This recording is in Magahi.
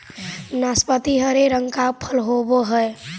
नाशपाती हरे रंग का फल होवअ हई